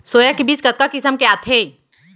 Soya के बीज कतका किसम के आथे?